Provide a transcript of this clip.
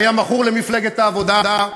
היה מכור למפלגת העבודה,